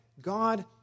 God